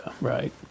right